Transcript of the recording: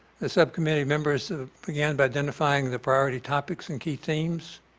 the subcommittee members ah began by identifying the priority topics and key themes.